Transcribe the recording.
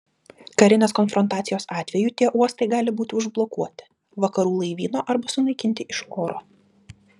karinės konfrontacijos atveju tie uostai gali būti užblokuoti vakarų laivyno arba sunaikinti iš oro